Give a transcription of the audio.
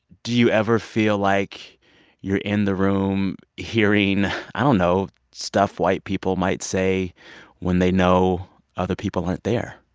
do you ever feel like you're in the room hearing i don't know stuff white people might say when they know other people aren't there?